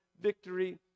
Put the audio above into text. victory